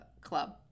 club